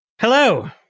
Hello